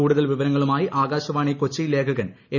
കൂടുതൽ വിവരങ്ങളുമായി ആകാശവാണി കൊച്ചി ലേഖകൻ എൻ